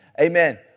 Amen